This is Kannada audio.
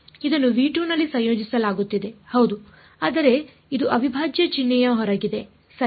ಇದನ್ನು ನಲ್ಲಿ ಸಂಯೋಜಿಸಲಾಗುತ್ತಿದೆ ಹೌದು ಆದರೆ ಇದು ಅವಿಭಾಜ್ಯ ಚಿಹ್ನೆಯ ಹೊರಗಿದೆ ಸರಿ